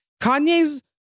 Kanye's